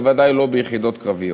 בוודאי לא ביחידות קרביות.